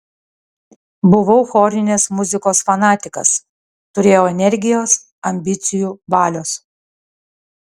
buvau chorinės muzikos fanatikas turėjau energijos ambicijų valios